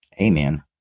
amen